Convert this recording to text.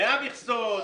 מאה מכסות,